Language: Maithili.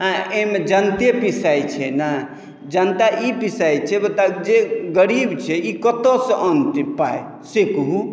एँ एहिमे जनते पिसाइत छै ने जनता ई पिसाइत छै बताउ जे गरीब छै ई कतयसँ अनतै पाइ से कहू